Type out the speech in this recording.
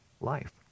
life